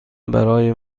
برای